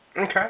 Okay